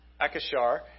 Akashar